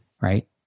right